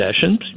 sessions